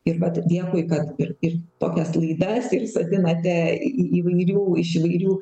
ir vat dėkui kad ir ir tokias laidas ir sodinate įvairių iš įvairių